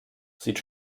sieht